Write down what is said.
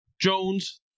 Jones